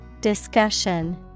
Discussion